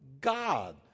God